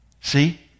See